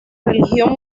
religión